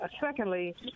Secondly